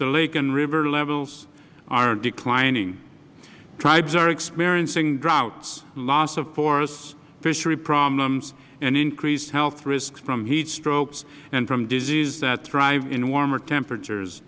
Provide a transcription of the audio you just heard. the lake and river levels are declining tribes are experiencing droughts loss of forests fishery problems and increased health risks from heat strokes and from diseases that thrive in warmer temperatures